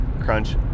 crunch